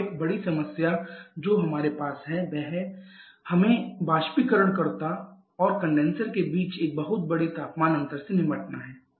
और एक बड़ी समस्या जो हमारे पास है जब हमें बाष्पीकरणकर्ता और कंडेनसर के बीच एक बहुत बड़े तापमान अंतर से निपटना है